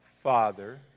Father